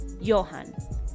Johan